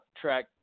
track